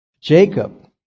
Jacob